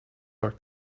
are